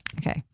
Okay